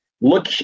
look